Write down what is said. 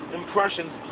impressions